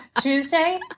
Tuesday